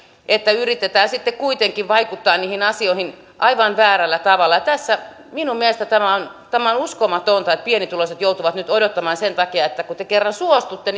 että yritetään sitten kuitenkin vaikuttaa niihin asioihin aivan väärällä tavalla tässä minun mielestäni on uskomatonta että pienituloiset joutuvat nyt odottamaan sen takia kun te kerran suostutte